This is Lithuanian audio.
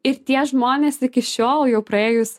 ir tie žmonės iki šiol jau praėjus